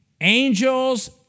angels